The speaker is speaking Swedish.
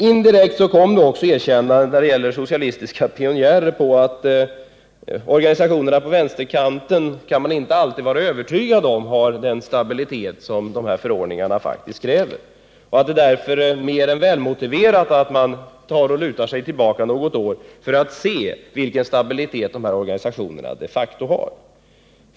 Indirekt kom, när det gäller Sveriges socialistiska pionjärer, också erkännandet att organisationerna på vänsterkanten kan man inte alltid vara övertygad om den stabilitet som de här förordningarna faktiskt kräver och att det därför är mer än välmotiverat att man väntar något år för att se vilken stabilitet de här organisationerna de facto har.